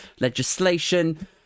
legislation